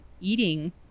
eating